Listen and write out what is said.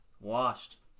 Washed